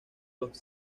los